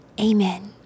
Amen